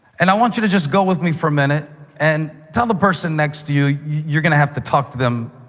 and i want you to just go with me for a minute and tell the person next to you. you're going to have to talk to them